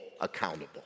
accountable